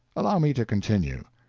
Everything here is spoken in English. allow me to continue.